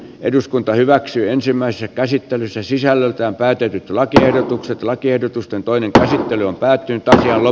eduskunta hyväksyi ensimmäisessä käsittelyssä sisällöltään päätetyt lakiehdotukset lakiehdotusten toinen käsittely on päättynyt tasan kello